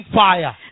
fire